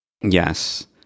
Yes